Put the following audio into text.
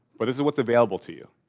but this is what's available to you.